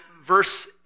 verse